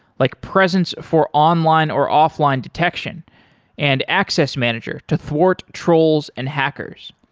like presence for online or offline detection and access manager to thwart trolls and hackers.